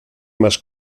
más